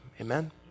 Amen